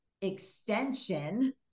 extension